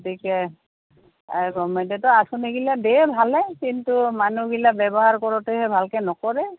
গতিকে গৱৰ্ণমেণ্টে আঁচনিগিলা দেই ভালে কিন্তু মানুহবিলাকে ব্যৱহাৰ কৰোঁতেহে ভালকৈ নকৰে